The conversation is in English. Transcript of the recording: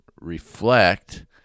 reflect